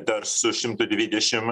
dar su šimtu dvidešim